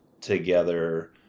together